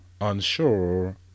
unsure